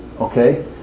Okay